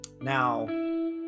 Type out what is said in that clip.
Now